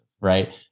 right